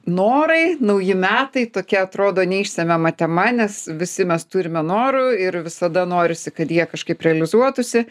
norai nauji metai tokia atrodo neišsemiama tema nes visi mes turime norų ir visada norisi kad jie kažkaip realizuotųsi